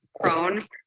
prone